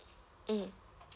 mm